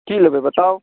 की लेबै बताउ